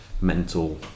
mental